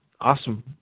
awesome